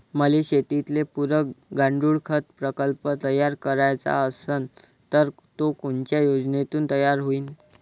मले शेतीले पुरक गांडूळखत प्रकल्प तयार करायचा असन तर तो कोनच्या योजनेतून तयार होईन?